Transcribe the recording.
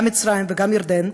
גם מצרים וגם ירדן,